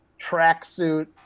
tracksuit